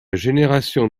génération